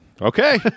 Okay